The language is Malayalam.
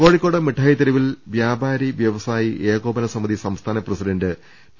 കോഴിക്കോട് മിഠായിത്തെരുവിൽ വ്യാപാരിക്കുവസായി ഏകോ പന സമിതി സംസ്ഥാന പ്രസിഡന്റ് ടി